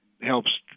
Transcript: helps